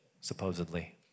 supposedly